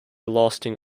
lasting